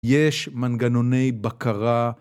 יש מנגנוני בקרה